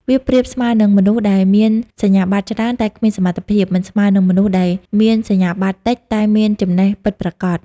វាប្រៀបស្មើនឹង មនុស្សដែលមានសញ្ញាបត្រច្រើនតែគ្មានសមត្ថភាព មិនស្មើនឹងមនុស្សដែលមានសញ្ញាបត្រតិចតែមានចំណេះពិតប្រាកដ។